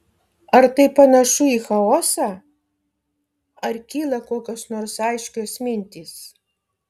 ar tai panašu į chaosą ar kyla kokios nors aiškios mintys